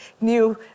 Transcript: new